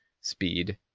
speed